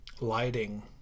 lighting